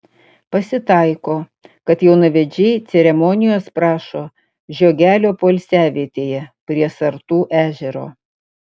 pasitaiko kad jaunavedžiai ceremonijos prašo žiogelio poilsiavietėje prie sartų ežero